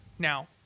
Now